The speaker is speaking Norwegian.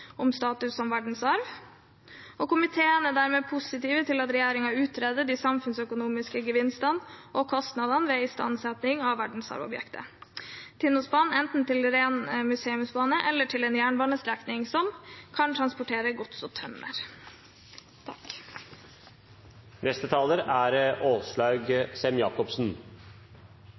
om status som verdensarv, og komiteen er dermed positiv til at regjeringen utreder de samfunnsøkonomiske gevinstene og kostnadene ved istandsetting av verdensarvobjektet Tinnosbanen enten til ren museumsbane eller til en jernbanestrekning som kan transportere gods og tømmer.